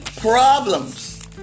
problems